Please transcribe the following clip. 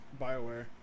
Bioware